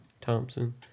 Thompson